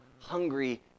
hungry